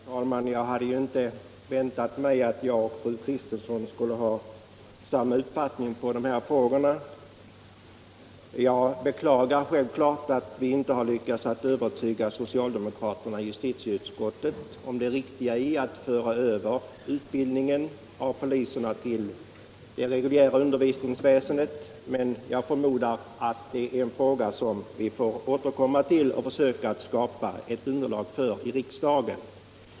Herr talman! Jag hade inte väntat mig att fru Kristensson och jag skulle ha samma uppfattning om de här frågorna. Jag beklagar självfallet att vi inte har lyckats övertyga socialdemokraterna i justitieutskottet om det riktiga i att föra över utbildningen av poliserna till det reguljära undervisningsväsendet, men det är en fråga som vi får återkomma till och försöka skapa gehör för i riksdagen.